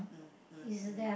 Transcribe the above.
mm mm mm